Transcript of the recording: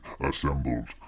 assembled